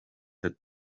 had